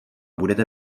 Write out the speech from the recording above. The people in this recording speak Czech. budete